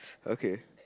okay